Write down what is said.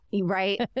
right